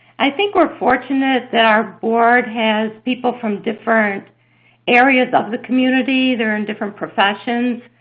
i think we're fortunate that our board has people from different areas of the community. they're in different professions.